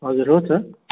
हजुर हो त